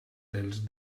dels